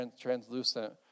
translucent